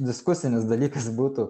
diskusinis dalykas būtų